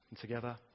together